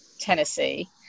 Tennessee